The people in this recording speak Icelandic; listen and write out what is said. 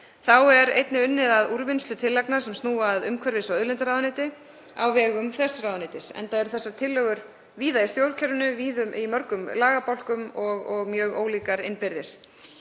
Þá er einnig unnið að úrvinnslu tillagna sem snúa að umhverfis- og auðlindaráðuneyti á vegum þess, enda eru þessar tillögur víða í stjórnkerfinu, í mörgum lagabálkum og mjög ólíkar innbyrðis.